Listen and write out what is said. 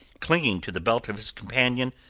clinging to the belt of his companion,